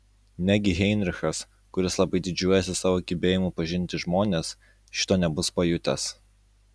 negi heinrichas kuris labai didžiuojasi savo gebėjimu pažinti žmones šito nebus pajutęs